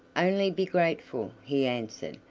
only be grateful, he answered,